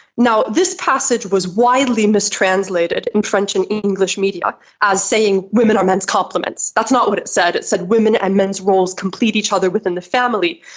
now, this passage was widely mistranslated in french and english media as saying women are men's complements. that's not what it said, it said women and men's roles complete each other within the family.